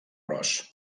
ros